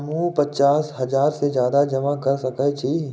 हमू पचास हजार से ज्यादा जमा कर सके छी?